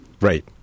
right